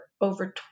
over